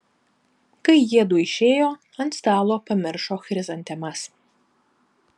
kai jiedu išėjo ant stalo pamiršo chrizantemas